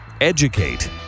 educate